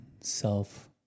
self